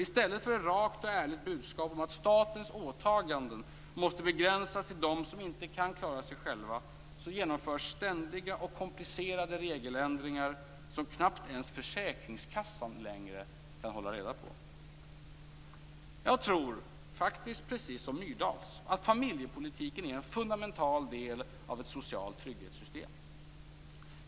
I stället för ett rakt och ärligt budskap om att statens åtaganden måste begränsas till dem som inte kan klara sig själva genomförs ständiga och komplicerade regeländringar som knappt ens försäkringskassan längre kan hålla reda på. Jag tror faktiskt precis som Myrdals att familjepolitiken är en fundamental del av ett socialt trygghetssystem.